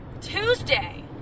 Tuesday